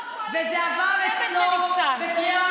החינוך, כבר בקואליציה הקודמת זה נפסל.